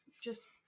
just-